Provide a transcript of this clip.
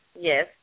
Yes